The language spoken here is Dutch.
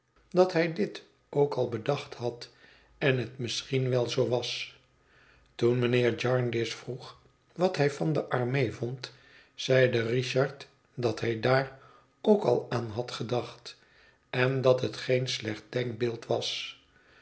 dat hij dit ook al bedacht had en het misschien wel zoo was toen mijnheer jarndyce vroeg wat hij van de armee vond zeide richard dat hij daar ook al aan had gedacht en dat het geen slecht denkbeeld was